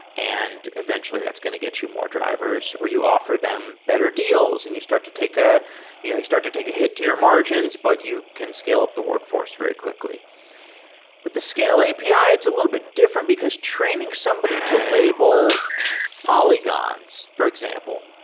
and eventually, that's going to get you more drivers. or you offer them better deals and you start to take a you know you start to take a hit to your margins, but you can scale up the workforce very quickly with the scale api, it's a little bit different because training somebody to label polygons, for example,